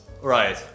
Right